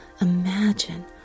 imagine